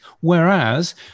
Whereas